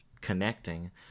connecting